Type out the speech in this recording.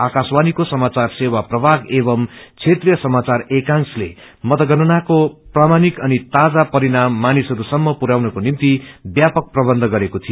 आकाशवाणीको सामाचयर सेवा प्रभाग एवम् क्षेत्रिय समााचार एकांशले मतगणनाको प्रामाण्कि अनि ताजा परिणाम मानिसहरू सम्म पुवाउनको निम्ति व्यापक प्रबन्ध गरेको थियो